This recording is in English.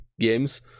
games